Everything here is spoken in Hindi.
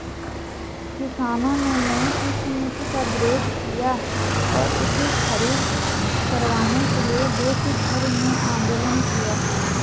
किसानों ने नयी कृषि नीति का विरोध किया और इसे ख़ारिज करवाने के लिए देशभर में आन्दोलन किया